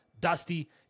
Dusty